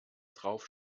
drauf